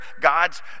God's